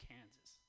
Kansas